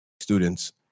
students